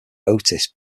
otis